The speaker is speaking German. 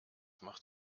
macht